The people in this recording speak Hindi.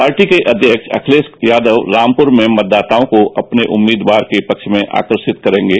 पार्टी के अध्यक्ष अखिलेश यादव रामपुर में मतदाताओं को अपने उम्मेमीदवा के पक्ष में आकर्षषित करेंगे